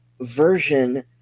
version